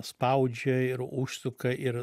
spaudžia ir užsuka ir